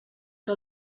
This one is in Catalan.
que